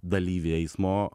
dalyvį eismo